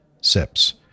sips